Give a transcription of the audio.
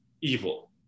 evil